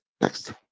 Next